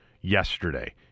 yesterday